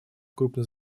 крупной